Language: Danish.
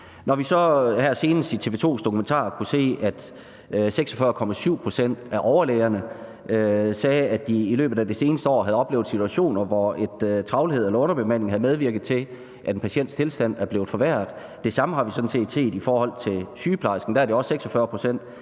har vi så her senest i TV 2's dokumentar kunnet se, at 46,7 pct. af overlægerne siger, at de i løbet af det seneste år har oplevet situationer, hvor travlhed eller underbemanding har medvirket til, at en patients tilstand er blevet forværret, og det samme har vi sådan set set i forhold til sygeplejerskerne, hvor det også er 46 pct.,